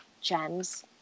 gems